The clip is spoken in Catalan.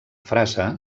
frase